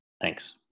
Thanks